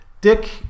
Dick